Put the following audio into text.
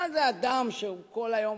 מה זה אדם שכל היום